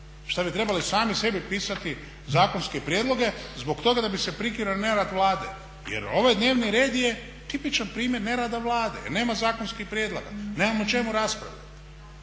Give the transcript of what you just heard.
Šta bi trebali sami sebi pisati zakonske prijedloge zbog toga da bi se prikrio nerad Vlade. Jer ovaj dnevni red je tipičan primjer nerada Vlade jer nema zakonskih prijedloga, nemamo o čemu raspravljati